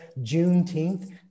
Juneteenth